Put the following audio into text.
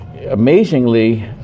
Amazingly